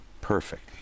perfect